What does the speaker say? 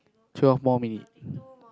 twelve more minute